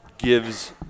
gives